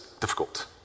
difficult